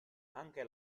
anche